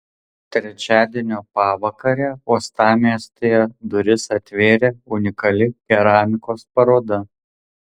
trečiadienio pavakarę uostamiestyje duris atvėrė unikali keramikos paroda